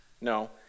No